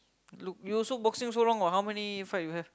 look you also boxing so long what how many fight you have